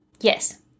Yes